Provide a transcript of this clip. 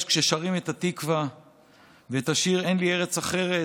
כאשר שרים את התקווה ואת השיר אין לי ארץ אחרת.